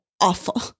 awful